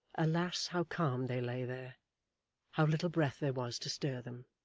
alas how calm they lay there how little breath there was to stir them!